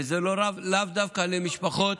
וזה לאו דווקא למשפחות